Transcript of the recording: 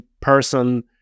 person